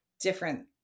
different